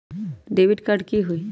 Debit card की होई?